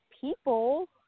people